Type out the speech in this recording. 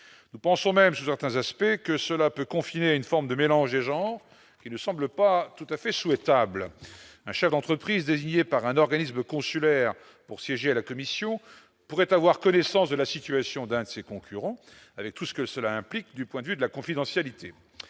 nous pensons même certains aspects que cela peut confiner à une forme de mélange des genres qui ne semble pas tout à fait souhaitable un chef d'entreprise désignée par un organisme consulaire pour siéger à la commission pourrait avoir connaissance de la situation d'un de ses concurrents, avec tout ce que cela implique du point de vue de la confidentialité